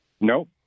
No